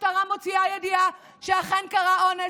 המשטרה מוציאה ידיעה שאכן קרה אונס,